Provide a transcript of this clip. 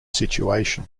situation